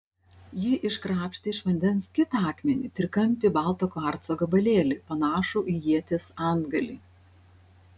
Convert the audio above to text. ji iškrapštė iš vandens kitą akmenį trikampį balto kvarco gabalėlį panašų į ieties antgalį